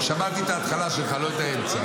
שמעתי את ההתחלה שלך, לא את האמצע.